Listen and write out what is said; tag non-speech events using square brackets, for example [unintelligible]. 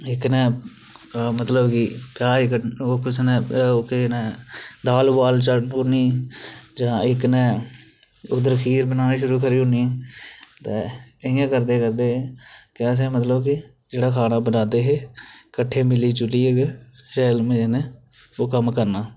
इक्क ने मतलब कि प्याज कट्टना [unintelligible] कुसै ने दाल उबाल चाढ़ू ओड़नी जां इक्क ने उद्दर खीर बनानी शुरु करी ओड़नी ते इ'यां करदे करदे केह् असें मतलब कि जेह्ड़ा खाना बनांदे हे कट्ठे मिली जुलियै गै शैल मजे ने ओह् कम्म करना